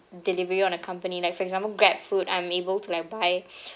delivery on a company like for example grab food I'm able to like buy